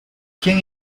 quién